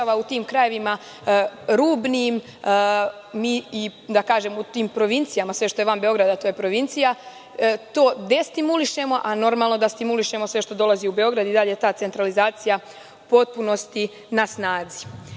u tim krajevima, rubnim, da kažemo, u tim provincijama, sve što je van Beograda to je provincija, to destimulišemo, a normalno da stimulišemo sve što dolazi u Beograd i dalje ta centralizacija potpunosti na snazi. Da